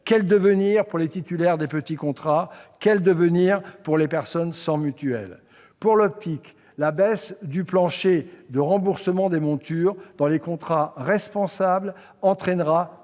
Quel devenir attend les titulaires de petits contrats et les personnes sans mutuelle ? En matière d'optique, la baisse du plancher de remboursement des montures dans les contrats responsables entraînera